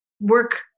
work